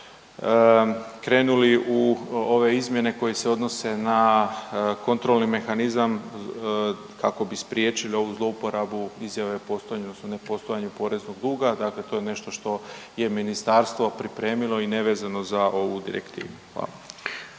krenuli u ove izmjene koje se odnose na kontrolni mehanizam kako bi spriječili ovu zlouporabu izjave o postojanju odnosno nepostojanju poreznog duga, dakle to je nešto što je ministarstvo pripremilo i nevezano za ovu direktivu, hvala.